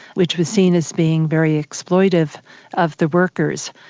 which was seen as being very exploitive of the workers,